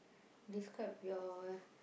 describe your